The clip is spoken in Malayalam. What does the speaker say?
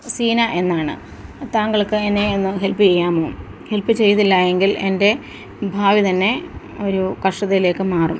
സീന എന്നാണ് താങ്കള്ക്ക് എന്നെ ഒന്ന് ഹെല്പ്പ് ചെയ്യാമോ ഹെല്പ്പ് ചെയ്തില്ല എങ്കില് എന്റെ ഭാവി തന്നെ ഒരു കഷ്ടത്തിലേക്ക് മാറും